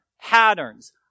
patterns